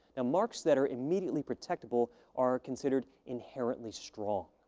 ah marks that are immediately protectable are considered inherently strong.